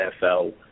NFL